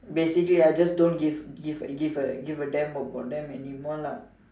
basically I just don't give give a give a damn about them anymore lah